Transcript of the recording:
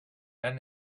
then